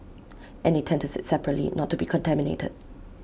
and they tend to sit separately not to be contaminated